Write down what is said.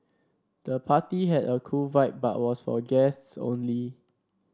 the party had a cool vibe but was for guests only